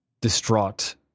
distraught